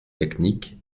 technique